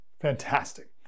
Fantastic